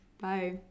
bye